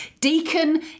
Deacon